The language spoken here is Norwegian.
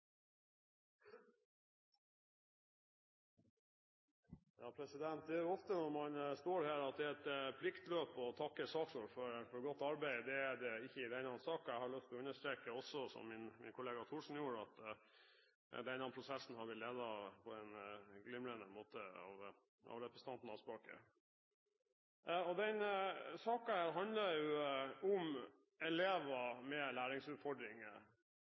det et pliktløp å takke saksordføreren for godt arbeid. Det er det ikke i denne saken. Jeg har lyst til å understreke, som også min kollega Thorsen gjorde, at denne prosessen er blitt ledet på en glimrende måte av representanten Aspaker. Denne saken handler om elever med læringsutfordringer – dessverre i noe for stor grad om de elevene med læringsutfordringer